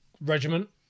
regiment